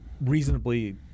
reasonably –